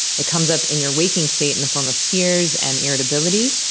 it comes up in your waking state in the form of tears and irritability.